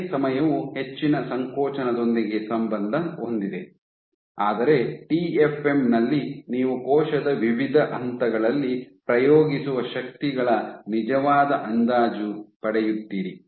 ಕಡಿಮೆ ಸಮಯವು ಹೆಚ್ಚಿನ ಸಂಕೋಚನದೊಂದಿಗೆ ಸಂಬಂಧ ಹೊಂದಿದೆ ಆದರೆ ಟಿಎಫ್ಎಂ ನಲ್ಲಿ ನೀವು ಕೋಶದ ವಿವಿಧ ಹಂತಗಳಲ್ಲಿ ಪ್ರಯೋಗಿಸುವ ಶಕ್ತಿಗಳ ನಿಜವಾದ ಅಂದಾಜು ಪಡೆಯುತ್ತೀರಿ